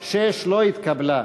106 לא התקבלה.